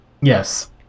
Yes